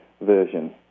version